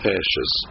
ashes